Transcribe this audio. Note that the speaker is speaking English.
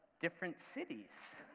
different cities?